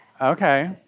Okay